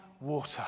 water